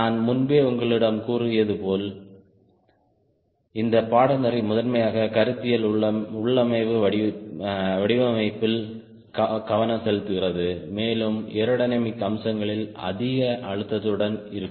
நான் முன்பே உங்களிடம் கூறியது போல இந்த பாடநெறி முதன்மையாக கருத்தியல் உள்ளமைவு வடிவமைப்பில் கவனம் செலுத்துகிறது மேலும் ஏரோடைனமிக் அம்சங்களில் அதிக அழுத்தத்துடன் இருக்கும்